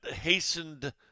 hastened